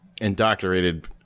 indoctrinated